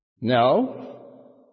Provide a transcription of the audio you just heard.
No